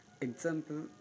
Example